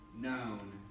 known